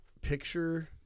picture